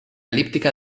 elíptica